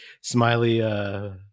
smiley